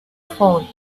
phone